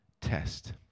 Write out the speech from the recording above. test